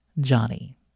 Johnny